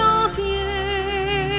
entier